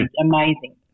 amazing